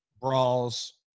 brawls